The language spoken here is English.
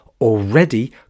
already